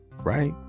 right